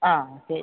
ആ ശരി